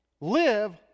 Live